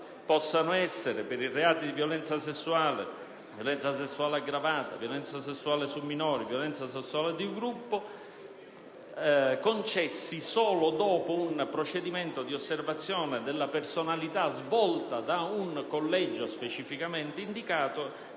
concessi, per i reati di violenza sessuale, violenza sessuale aggravata, violenza sessuale su minori e violenza sessuale di gruppo, solo dopo un procedimento di osservazione della personalità, svolto da un collegio specificatamente indicato,